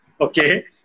Okay